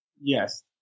Yes